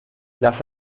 las